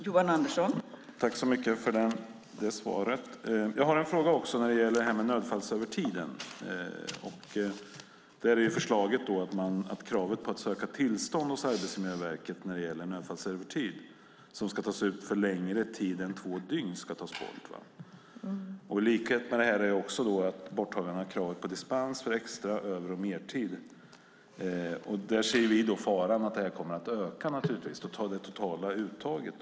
Fru talman! Tack så mycket för det svaret! Jag har en fråga när det gäller nödfallsövertiden. Där är förslaget att man ska ta bort kravet på att söka tillstånd hos Arbetsmiljöverket för nödfallsövertid som ska tas ut för längre tid än två dygn. På samma sätt ska man ta bort kravet på dispens för extra över och mertid. Vi ser naturligtvis faran att detta kommer att öka av det totala uttaget.